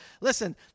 listen